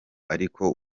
ariko